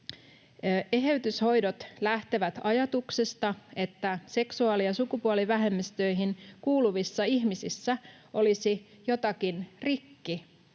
”Eheytyshoidot lähtevät ajatuksesta, että seksuaali- ja sukupuolivähemmistöihin kuuluvissa ihmisissä olisi jotakin rikki.